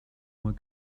mois